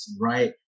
right